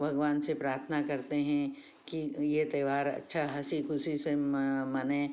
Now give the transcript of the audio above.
भगवान से प्रार्थना करते हैं कि यह त्योहार अच्छा हँसी खुशी से म मने